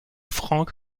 frank